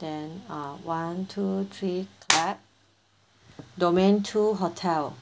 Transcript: then uh one two three clap domain two hotel